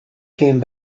came